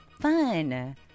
Fun